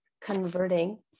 converting